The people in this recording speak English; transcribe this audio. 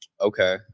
Okay